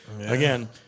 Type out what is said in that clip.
again